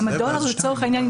גם הדולר לצורך העניין,